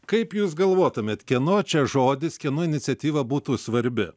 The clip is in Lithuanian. kaip jūs galvotumėt kieno čia žodis kieno iniciatyva būtų svarbi